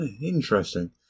Interesting